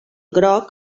groc